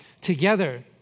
together